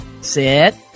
sit